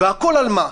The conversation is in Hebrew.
והכול על מה?